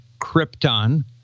Krypton